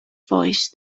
voice